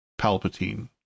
Palpatine